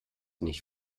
nicht